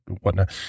whatnot